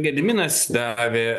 gediminas davė